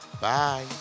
Bye